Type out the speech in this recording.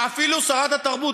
אפילו שרת התרבות,